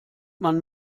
man